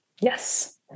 Yes